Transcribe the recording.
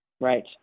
right